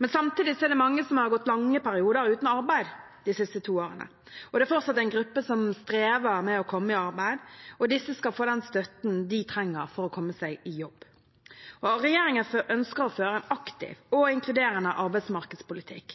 Men samtidig er det mange som har gått lange perioder uten arbeid de siste to årene, og det er fortsatt en gruppe som strever med å komme i arbeid. Disse skal få den støtten de trenger for å komme seg i jobb. Regjeringen ønsker å føre en aktiv og